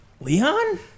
Leon